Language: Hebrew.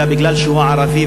אלא בגלל שהוא ערבי,